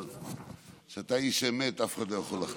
אבל על זה שאתה איש אמת אף אחד לא יכול לחלוק.